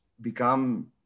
become